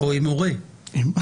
בית